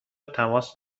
تماس